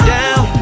down